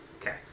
Okay